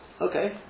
Okay